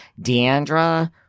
Deandra